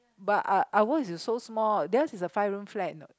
but uh ours is so small theirs is a five room flat you know